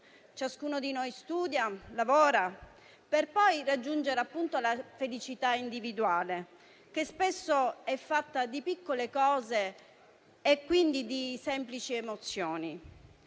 Ciascuno di noi studia e lavora per poi raggiungere la felicità individuale, che spesso è fatta di piccole cose e quindi di semplici emozioni.